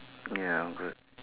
ya good